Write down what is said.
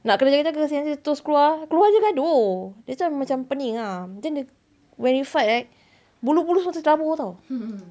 nak kena jaga-jaga since nanti dia terus keluar keluar jer gaduh that's why macam pening ah then dia when you fight bulu-bulu habis terabur [tau]